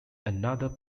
another